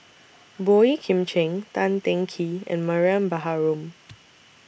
Boey Kim Cheng Tan Teng Kee and Mariam Baharom